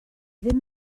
ddim